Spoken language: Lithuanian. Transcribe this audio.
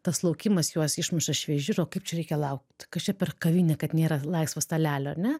tas laukimas juos išmuša iš vėžių ir o kaip čia reikia laukt kas čia per kavinė kad nėra laisvo stalelio ar ne